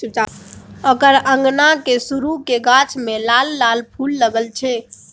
ओकर अंगनाक सुरू क गाछ मे लाल लाल फूल लागल छै